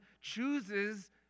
chooses